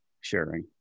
sharing